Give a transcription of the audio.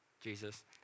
Jesus